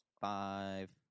Five